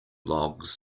logs